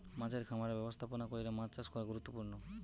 মাছের খামারের ব্যবস্থাপনা কইরে মাছ চাষ করা গুরুত্বপূর্ণ